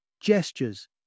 gestures